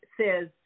says